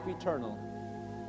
eternal